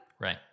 right